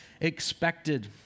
expected